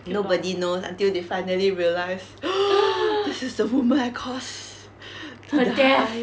nobody know until they finally realise this is the woman that cause to die